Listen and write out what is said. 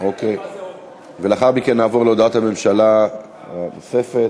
ולאחר מכן נעבור להודעת הממשלה הנוספת.